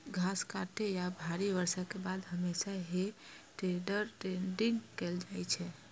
घास काटै या भारी बर्षा के बाद हमेशा हे टेडर टेडिंग कैल जाइ छै